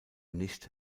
nicht